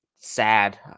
Sad